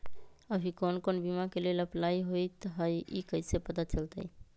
अभी कौन कौन बीमा के लेल अपलाइ होईत हई ई कईसे पता चलतई?